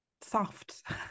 soft